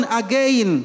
again